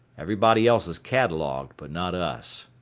everybody else is catalogued, but not us.